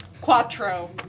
Quattro